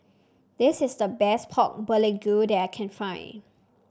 this is the best Pork Bulgogi that I can find